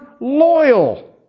loyal